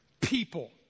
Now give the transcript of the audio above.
people